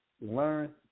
learn